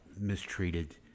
mistreated